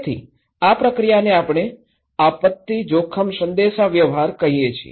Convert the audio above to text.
તેથી આ પ્રક્રિયાને આપણે આપત્તિ જોખમ સંદેશાવ્યવહાર કહીયે છીએ